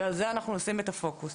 ועל זה נשים את הפוקוס.